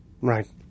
Right